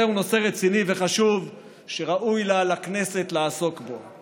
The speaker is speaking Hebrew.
זהו נושא רציני וחשוב וראוי לה לכנסת לעסוק בו.